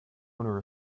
owner